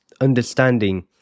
understanding